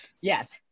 Yes